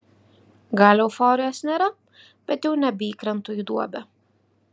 gal euforijos nėra bet jau nebeįkrentu į duobę